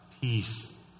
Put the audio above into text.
peace